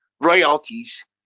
royalties